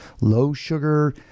Low-sugar